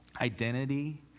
identity